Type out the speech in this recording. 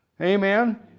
Amen